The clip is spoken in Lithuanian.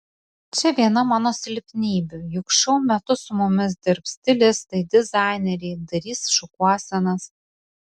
čia viena mano silpnybių juk šou metu su mumis dirbs stilistai dizaineriai darys šukuosenas